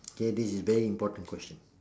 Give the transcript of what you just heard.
K this is very important question